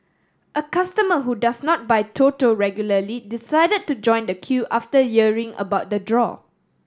a customer who does not buy Toto regularly decided to join the queue after hearing about the draw